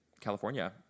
california